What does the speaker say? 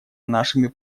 нашими